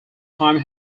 time